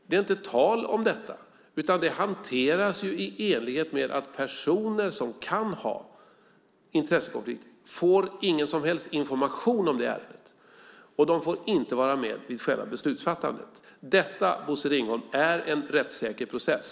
Det är inte tal om det, utan detta hanteras i enlighet med att personer som kan ha en intressekonflikt inte får någon som helst information om ärendet. De får inte heller vara med vid själva beslutsfattandet. Detta, Bosse Ringholm, är en rättssäker process.